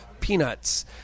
peanuts